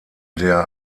der